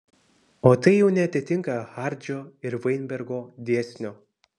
o tai jau neatitinka hardžio ir vainbergo dėsnio